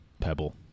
Pebble